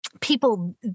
people